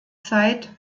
zeit